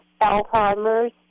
Alzheimer's